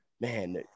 man